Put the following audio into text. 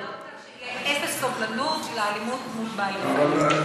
אמרת שתהיה אפס סובלנות לאלימות מול בעלי-חיים.